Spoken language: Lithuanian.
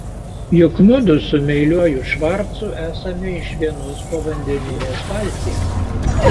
juk mudu su meiliuoju švarcu esame iš vienos povandeninės valties